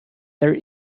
there